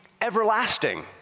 everlasting